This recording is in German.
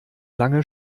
lange